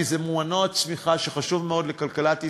כי זה מנוע צמיחה שחשוב מאוד לכלכלת ישראל,